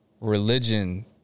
religion